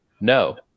No